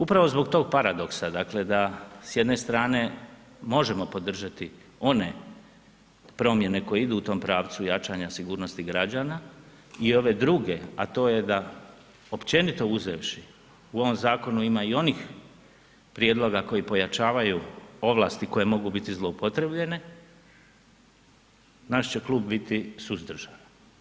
Upravo zbog tog paradoksa, dakle, da s jedne strane možemo podržati one promjene koje idu u tom pravcu jačanja sigurnosti građana i ove druge, a to je da općenito uzevši u ovom zakonu ima i onih prijedloga koji pojačavaju ovlasti koje mogu biti zloupotrijebljene, naš će klub biti suzdržan.